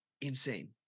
insane